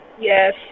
yes